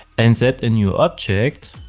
and set a new object.